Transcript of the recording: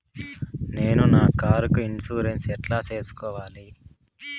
నేను నా కారుకు ఇన్సూరెన్సు ఎట్లా సేసుకోవాలి